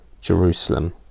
Jerusalem